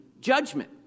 judgment